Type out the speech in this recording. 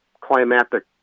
climatic